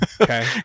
Okay